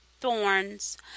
thorns